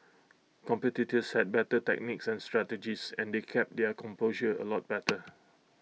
competitors said better techniques and strategies and they kept their composure A lot better